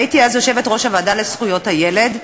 הייתי אז יושבת-ראש הוועדה לזכויות הילד,